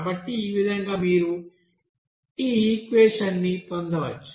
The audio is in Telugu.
కాబట్టి ఈ విధంగా మీరు ఈ ఈక్వెషన్ ని పొందవచ్చు